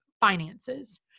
finances